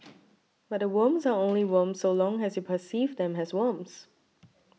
but the worms are only worms so long as you perceive them as worms